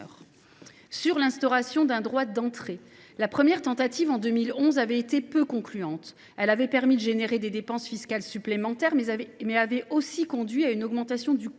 à l’instauration d’un droit d’entrée. La première tentative, en 2011, avait été peu concluante. Si elle avait permis de susciter des dépenses fiscales supplémentaires, elle avait aussi conduit à une augmentation du coût